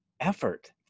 effort